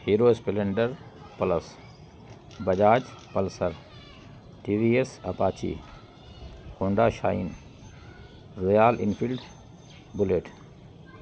hero splendor plus Bajaj pulsar TVS apache Honda shine Royal Enfield bullet